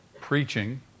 preaching